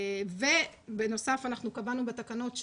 בנוסף, קבענו בתקנות,